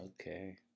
okay